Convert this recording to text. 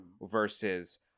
versus